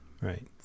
Right